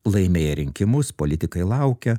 laimėję rinkimus politikai laukia